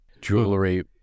jewelry